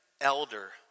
elder